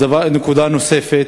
נקודה נוספת,